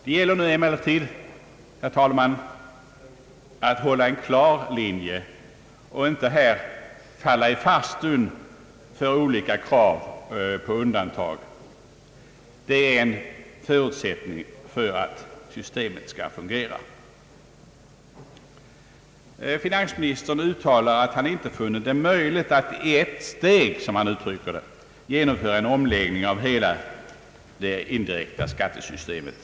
Det gäller nu emellertid, herr talman, att hålla en klar linje och inte falla i farstun för olika krav på undantag. Det är en. förutsättning för att det nya systemet skall fungera. Finansministern uttalar att han inte funnit det möjligt att i ett steg, som han uttrycker det, genomföra en omläggning av hela det indirekta skattesystemet.